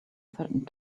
threatened